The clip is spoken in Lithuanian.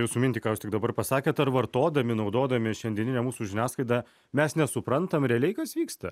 jūsų mintį ką jūs tik dabar pasakėt ar vartodami naudodami šiandieninę mūsų žiniasklaidą mes nesuprantam realiai kas vyksta